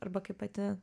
arba kai pati